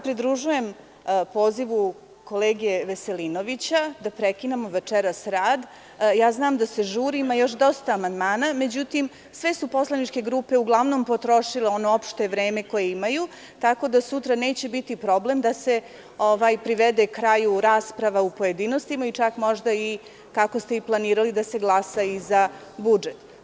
Pridružujem se pozivu kolege Veselinovića da prekinemo večeras rad i znam da se žuri, jer ima još dosta amandmana, međutim, sve su poslaničke grupe uglavnom potrošile ono opšte vreme koje imaju, tako da sutra neće biti problem da se privede kraju rasprava u pojedinostima, a čak kako ste planirali, da se glasa i za budžet.